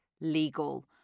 legal